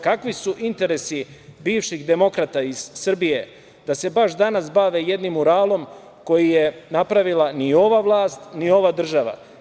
Kakvi su interesi bivših demokrata iz Srbije da se baš danas bave jednim muralom koji je napravila ni ova vlast, ni ova država?